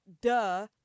duh